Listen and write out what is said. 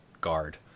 guard